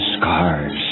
scars